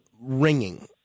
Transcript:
ringing